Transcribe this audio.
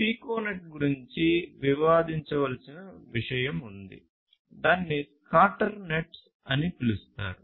piconet గురించి వివాదించ వలసిన విషయం ఉంది దీనిని స్కాటర్ నెట్స్ అని పిలుస్తారు